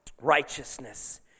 righteousness